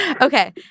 Okay